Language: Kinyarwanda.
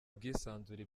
bwisanzure